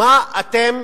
מה אתם